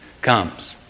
comes